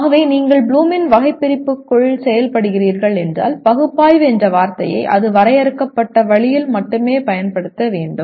ஆகவே நீங்கள் ப்ளூமின் வகைபிரிப்பிற்குள் செயல்படுகிறீர்கள் என்றால் பகுப்பாய்வு என்ற வார்த்தையை அது வரையறுக்கப்பட்ட வழியில் மட்டுமே பயன்படுத்த வேண்டும்